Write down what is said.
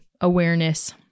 awareness